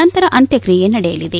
ನಂತರ ಅಂತ್ಯಕ್ರಿಯೆ ನಡೆಯಲಿದೆ